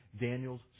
Daniel's